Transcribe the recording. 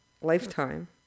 lifetime